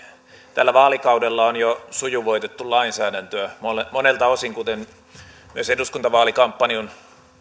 tällä vaalikaudella on jo sujuvoitettu lainsäädäntöä monelta osin kuten myös eduskuntavaalikampanjoinnin